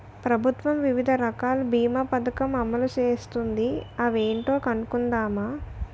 ప్రభుత్వం వివిధ రకాల బీమా పదకం అమలు చేస్తోంది అవేంటో కనుక్కుందామా?